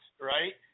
right